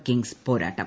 Kings പോരാട്ടം